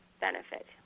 benefit